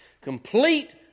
Complete